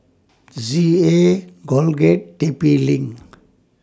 Z A Colgate T P LINK